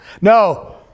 No